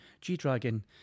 G-Dragon